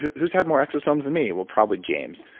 who's had more exosomes than me? well, probably james.